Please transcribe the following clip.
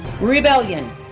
rebellion